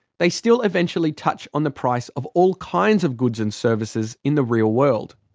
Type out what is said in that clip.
they still eventually touch on the price of all kinds of goods and services in the real world.